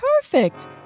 perfect